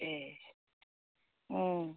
एह